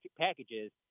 packages